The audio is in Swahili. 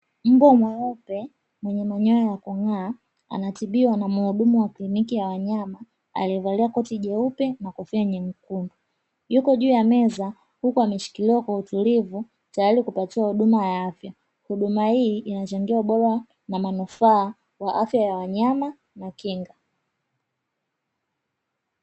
Mbwa mweupe mwenye manyoya ya kung'aa anatibiwa na muhudumu wa kliniki ya wanyama, aliyevalia koti jeupe na kofia nyekundu. Yuko juu ya meza huku ameshikiliwa kwa utulivu tayari kupatiwa huduma ya afya. Huduma hii inachangia ubora na manufaa ya afya ya wanyama na kinga.